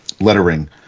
lettering